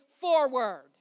forward